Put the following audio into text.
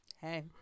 Hey